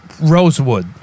Rosewood